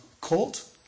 colt